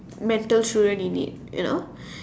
mental students in need you know